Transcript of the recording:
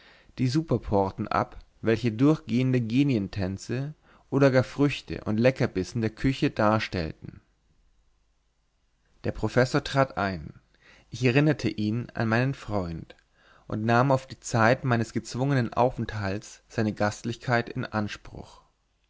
die superporten ab welche durchgehends genientänze oder gar früchte und leckerbissen der küche darstellten der professor trat ein ich erinnerte ihn an meinen freund und nahm auf die zeit meines gezwungenen aufenthalts seine gastlichkeit in anspruch